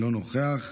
אינו נוכח.